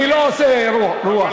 אני לא עושה רוח.